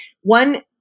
One